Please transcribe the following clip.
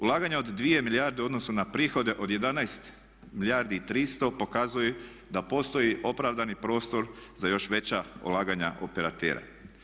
Ulaganja od 2 milijarde u odnosu na prihode od 11 milijardi i 300 pokazuju da postoji opravdani prostor za još veća ulaganja operatera.